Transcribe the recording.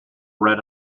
red